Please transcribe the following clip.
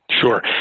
Sure